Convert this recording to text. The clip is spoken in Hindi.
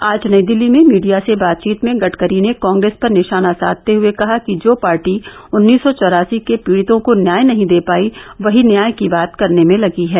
आज नई दिल्ली में मीडिया से बातचीत में गड़करी ने कांग्रेस पर निशाना साधते हुए कहा कि जो पार्टी उन्नीस सौ चौरासी के पीड़ितों को न्याय नहीं दे पाई वही न्याय की बात करने में लगी है